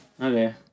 Okay